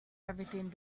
everything